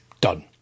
Done